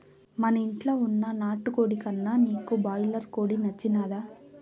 మనింట్ల వున్న నాటుకోడి కన్నా నీకు బాయిలర్ కోడి నచ్చినాదా